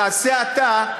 תעשה אתה,